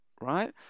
right